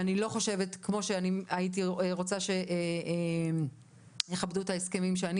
כפי שהייתי רוצה שיכבדו את ההסכמים שאני